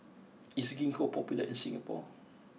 is Ginkgo popular in Singapore